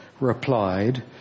replied